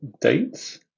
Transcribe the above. Dates